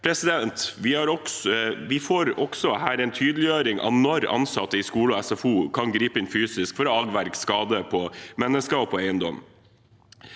retning. Vi får også her en tydeliggjøring av når ansatte i skole og SFO kan gripe inn fysisk for å avverge skade på mennesker og eiendom.